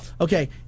Okay